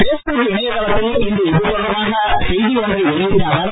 Facebook இணையதளத்தில் இன்று இது தொடர்பாக செய்தி ஒன்றை வெளியிட்ட அவர்